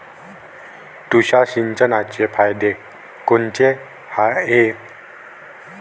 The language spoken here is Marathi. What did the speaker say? तुषार सिंचनाचे फायदे कोनचे हाये?